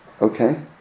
Okay